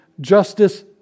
Justice